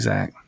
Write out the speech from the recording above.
Zach